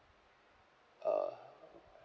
uh